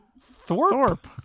Thorpe